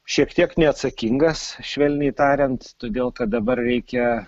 šiek tiek neatsakingas švelniai tariant todėl kad dabar reikia